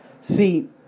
See